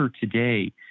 today